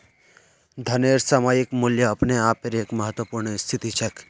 धनेर सामयिक मूल्य अपने आपेर एक महत्वपूर्ण स्थिति छेक